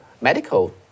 medical